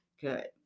good